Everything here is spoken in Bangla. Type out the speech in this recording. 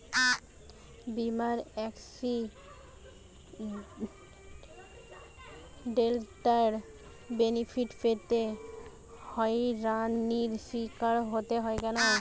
বিমার এক্সিডেন্টাল বেনিফিট পেতে হয়রানির স্বীকার হতে হয় কেন?